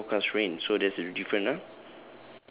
oh shore forecast rain so that's a different ah